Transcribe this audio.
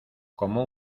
como